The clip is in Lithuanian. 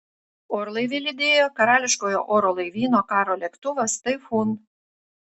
orlaivį lydėjo karališkojo oro laivyno karo lėktuvas taifūn